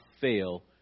fail